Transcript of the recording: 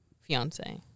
fiance